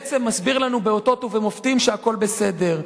ומסביר לנו באותות ובמופתים שהכול בסדר,